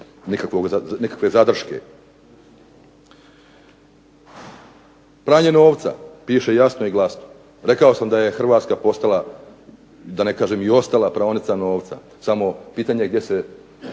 nikakve zadrške. Pranje novca, piše jasno i glasno. Rekao sam da je Hrvatska postala da ne kažem i ostala praonica novca, samo pitanje je gdje se